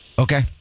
Okay